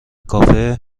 کافه